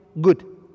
good